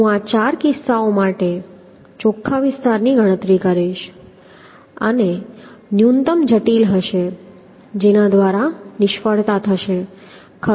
તેથી હું આ ચાર કિસ્સાઓ માટે ચોખ્ખા વિસ્તારની ગણતરી કરીશ અને ન્યૂનતમ જટિલ હશે જેના દ્વારા નિષ્ફળતા થશે ખરું